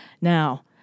Now